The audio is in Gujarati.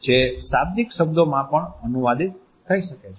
જે શાબ્દિક શબ્દોમાં પણ અનુવાદિત થઈ શકે છે